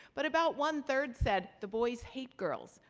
but about one third said the boys hate girls.